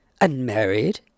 unmarried